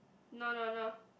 no no no